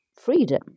freedom